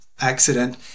accident